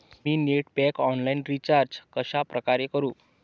मी net pack online recharge कशाप्रकारे करु?